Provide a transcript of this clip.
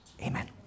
Amen